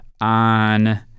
on